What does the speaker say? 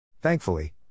Thankfully